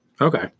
Okay